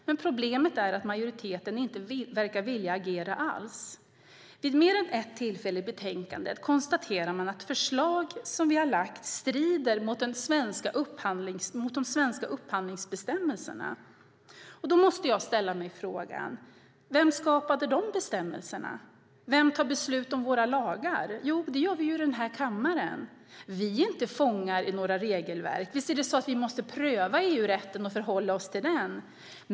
Men problemet är att majoriteten inte verkar vilja agera alls. Vid mer än ett tillfälle i betänkandet konstaterar man att förslag som vi har lagt fram strider mot de svenska upphandlingsbestämmelserna. Då måste jag ställa frågan: Vem skapade dessa bestämmelser? Vem tar beslut om våra lagar? Jo, det gör vi i denna kammare. Vi är inte fångar i några regelverk. Vi måste pröva EU-rätten och förhålla oss till den.